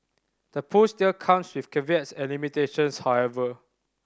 the push still comes with caveats and limitations however